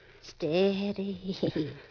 Steady